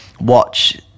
watch